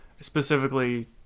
specifically